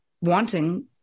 wanting